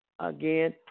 again